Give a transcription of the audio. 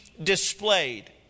displayed